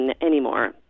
anymore